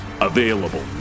Available